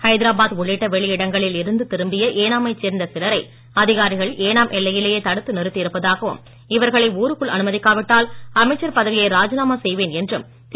ஹைதராபாத் உள்ளிட்ட வெளிஇடங்களில் இருந்து திரும்பிய ஏனாமைச் சேர்ந்த சிலரை அதிகாரிகள் ஏனாம் எல்லையிலேயே தடுத்து நிறுத்தி இருப்பதாகவும் இவர்களை ஊருக்குள் அனுமதிக்கா விட்டால் அமைச்சர் பதவியை ராஜினாமா செய்வேன் என்றும் திரு